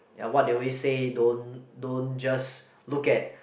and what they always say don't don't just look at